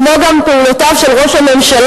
כמו גם פעולותיו של ראש הממשלה.